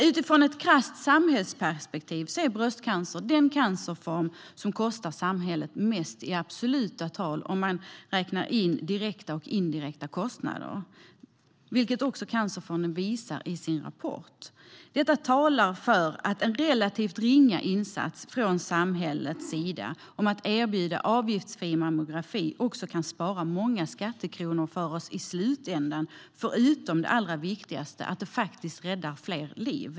Utifrån ett krasst samhällsperspektiv är bröstcancer den cancerform som kostar samhället mest i absoluta tal om man räknar in direkta och indirekta kostnader, vilket också Cancerfonden visar i sin rapport. Detta talar för att en relativt ringa insats som att från samhällets sida erbjuda avgiftsfri mammografi också kan spara många skattekronor för oss i slutändan, förutom det allra viktigaste, att det faktiskt räddar fler liv.